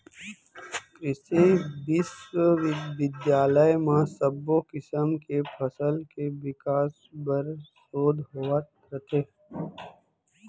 कृसि बिस्वबिद्यालय म सब्बो किसम के फसल के बिकास बर सोध होवत रथे